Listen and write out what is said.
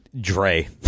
Dre